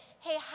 Hey